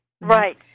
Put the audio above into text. Right